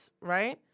right